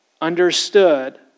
understood